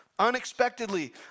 unexpectedly